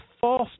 false